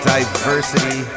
Diversity